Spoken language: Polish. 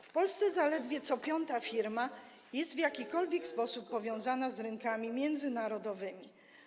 W Polsce zaledwie co piąta firma jest w jakikolwiek sposób powiązana z rynkami międzynarodowymi.